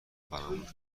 فراموش